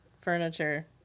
furniture